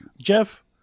Jeff